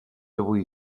avui